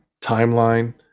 timeline